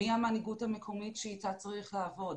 מי המנהיגות המקומית שאיתה צריך לעבוד,